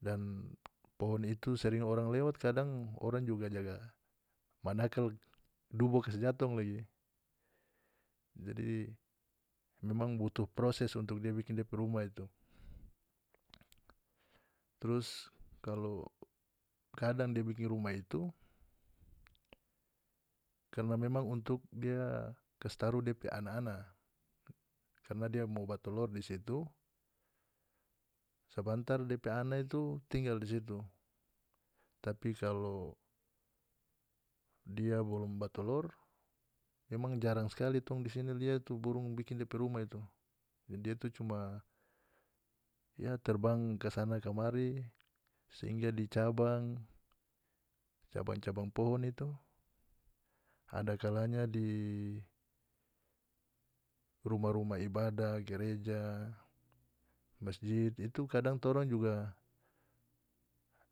Dan pohon itu sering orang lewat kadang orang juga jaga manakal dubo kas jatong lagi jadi memang butuh proses untuk bikin dia pe rumah itu trus kalu kadang dia bikin rumah itu karna memang untuk dia kas taruh dia pe ana-ana karna dia mo ba tolor di situ sabantar dia pe ana itu tinggal di situ tapi kalu dia bolom ba tolor memang jarang skali torang di sini lia tu bikin depe rumah itu deng dia itu cuma ya terbang kasana kamari singga di cabang cabang-cabang pohon itu ada kalanya di rumah-rumah ibadah gereja mesjid itu kadang torang juga